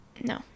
No